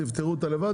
תפתרו אותה לבד,